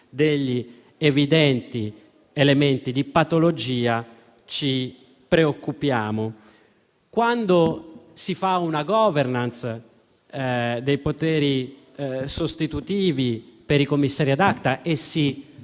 evidenti elementi di patologia, ci preoccupiamo. Quando invece si fa una *governance* dei poteri sostitutivi per i commissari *ad acta* e si